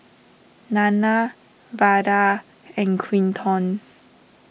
Nana Vada and Quinton